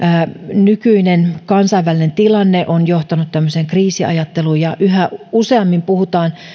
nykyinen kansainvälinen tilanne on johtanut tämmöiseen kriisiajatteluun ja yhä useammin puhutaan